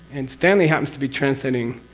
and stanley happens to be transiting